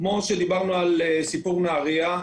כמו שדיברנו על נהריה,